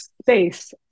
space